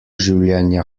življenja